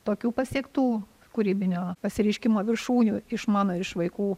tokių pasiektų kūrybinio pasireiškimo viršūnių iš mano iš vaikų